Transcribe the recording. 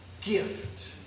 gift